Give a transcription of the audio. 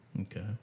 Okay